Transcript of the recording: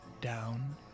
Down